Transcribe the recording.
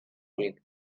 egin